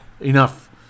enough